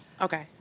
Okay